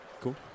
Cool